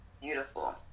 beautiful